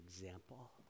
example